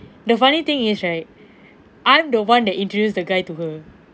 the funny thing is right I'm the one that introduce the guy to her